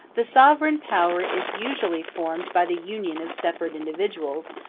the sovereign power is usually formed by the union of separate individuals,